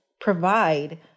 provide